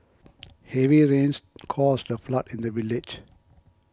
heavy rains caused a flood in the village